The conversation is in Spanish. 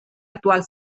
actual